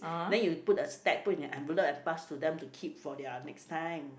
then you put a stack put in an envelope and pass to them to keep for their next time